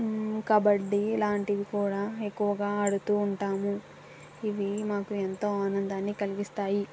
కబడ్డీ లాంటివి కూడా ఎక్కువగా ఆడుతూ ఉంటాము ఇవి మాకు ఎంతో ఆనందాన్ని కలిగిస్తాయి